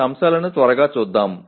ఈ అంశాలను త్వరగా చూద్దాం